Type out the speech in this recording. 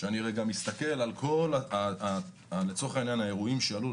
כשאני מסתכל על כל האירועים שעלו,